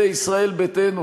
זה ישראל ביתנו,